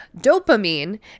Dopamine